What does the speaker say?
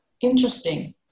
Interesting